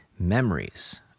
memories